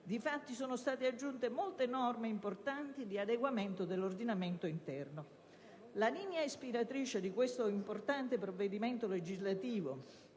Difatti sono state aggiunte molte norme importanti di adeguamento dell'ordinamento interno. La linea ispiratrice di questo importante provvedimento legislativo,